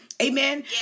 Amen